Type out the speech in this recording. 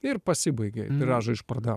ir pasibaigė tiražą išpardav